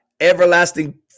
everlasting